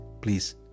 please